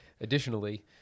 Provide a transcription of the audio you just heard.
Additionally